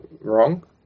wrong